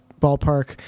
ballpark